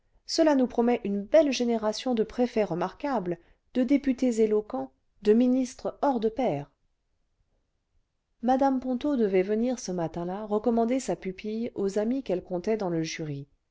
cela nous promet uue belle génération de préfets remarquables de députés éloquents de ministres hors de pair s mme ponto devait venir ce matin-là recommander sa pupille aux amis qu'elle comptait dans le jury